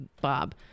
Bob